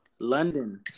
London